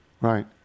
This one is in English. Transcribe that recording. Right